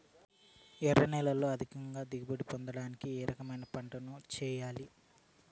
ఎర్ర నేలలో అధిక దిగుబడి పొందడానికి ఏ రకమైన పంటలు చేయాలి?